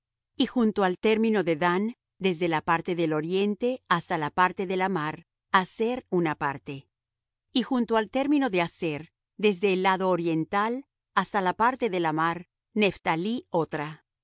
y junto al término de dan desde la parte del oriente hasta la parte de la mar aser una parte y junto al término de aser desde el lado oriental hasta la parte de la mar nephtalí otra